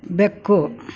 ಬೆಕ್ಕು